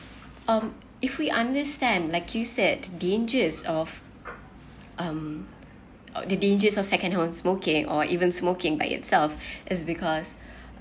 um if we understand like you said dangers of um or the dangers of secondhand smoking or even smoking by itself is because